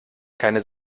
keine